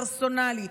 פרסונלי,